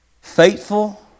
Faithful